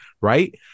right